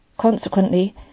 Consequently